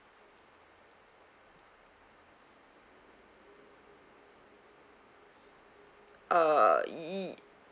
uh